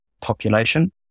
population